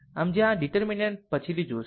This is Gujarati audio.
આમ જ્યાં આ ડીટેર્મિનન્ટ પછીથી જોશે